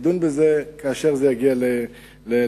נדון בזה כאשר זה יגיע לשולחני.